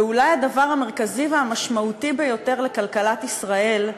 ואולי הדבר המרכזי והמשמעותי ביותר לכלכלת ישראל,